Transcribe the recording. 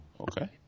Okay